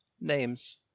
names